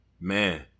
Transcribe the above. Man